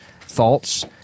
thoughts